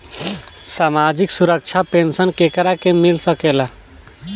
सामाजिक सुरक्षा पेंसन केकरा के मिल सकेला?